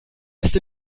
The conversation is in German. erst